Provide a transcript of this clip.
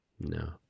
No